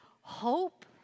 hope